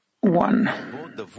one